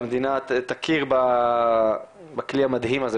והמדינה תכיר בכלי המדהים בזה,